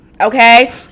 okay